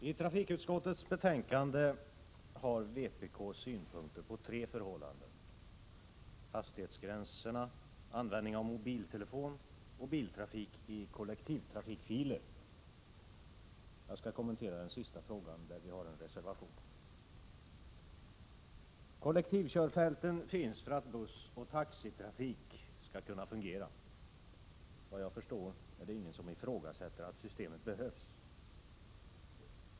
Fru talman! I trafikutskottets betänkande har vpk synpunkter på tre förhållanden: Hastighetsgränserna, användning av mobiltelefon och biltrafik i kollektivtrafikfiler. Jag skall kommentera den sista frågan, där vi har en reservation. Kollektivkörfälten finns för att bussoch taxitrafik skall kunna fungera. Vad jag förstår är det ingen som ifrågasätter att systemet behövs.